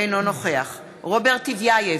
אינו נוכח רוברט טיבייב,